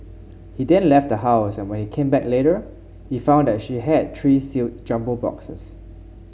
he then left the house and when he came back later he found that she had three sealed jumbo boxes